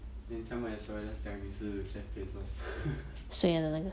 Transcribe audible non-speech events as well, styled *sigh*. then 这样 might as well just 讲你是 jeff bezos *laughs*